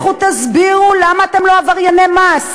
לכו תסבירו למה אתם לא עברייני מס.